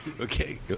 Okay